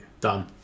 Done